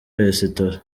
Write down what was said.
resitora